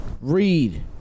Read